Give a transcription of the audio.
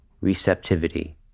receptivity